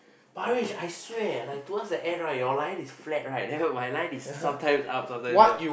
Parish I swear like towards the end right your line is flat right my line is sometimes up sometimes down